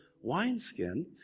wineskin